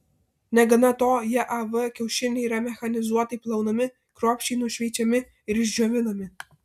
negana to jav kiaušiniai yra mechanizuotai plaunami kruopščiai nušveičiami ir išdžiovinami